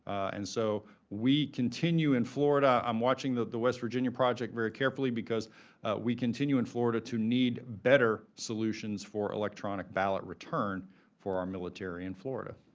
and so we continue in florida, i'm watching the west virginia project carefully because we continue in florida to need better solutions for electronic ballot return for our military in florida.